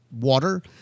water